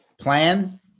plan